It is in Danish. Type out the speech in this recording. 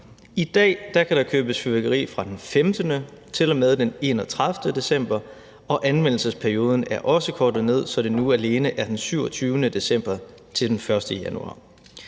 I dag kan der købes fyrværkeri fra den 15. december til og med den 31. december, og anvendelsesperioden er også kortet ned, så den nu alene er fra den 27. december til den 1. januar.